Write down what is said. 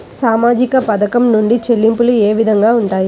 సామాజిక పథకం నుండి చెల్లింపులు ఏ విధంగా ఉంటాయి?